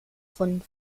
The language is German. von